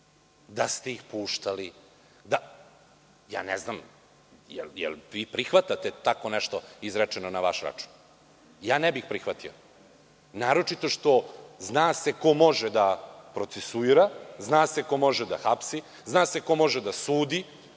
da ste ih puštali. Ne znam da li prihvatate tako nešto izrečeno na vaš račun? Ja ne bih prihvatio naročito što se zna ko može da procesuira, ko može da hapsi, ko može da sudi.